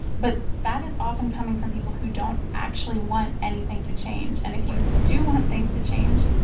but that is often coming from people who don't actually want anything to change. and if you do want things to change,